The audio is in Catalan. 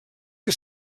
que